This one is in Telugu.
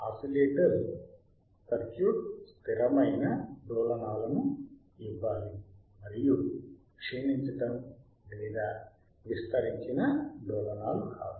ఆసిలేటర్ సర్క్యూట్ స్థిరమైన డోలనాలను కలిగి ఇవ్వాలి మరియు క్షీణించటం లేదా విస్తరించిన డోలనాలు కాదు